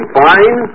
fine